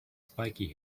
spiky